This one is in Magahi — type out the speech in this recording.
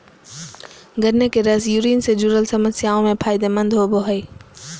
गन्ने के रस यूरिन से जूरल समस्याओं में फायदे मंद होवो हइ